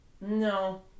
No